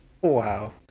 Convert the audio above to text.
Wow